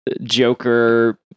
Joker